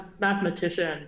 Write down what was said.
mathematician